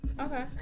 Okay